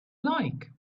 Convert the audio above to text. like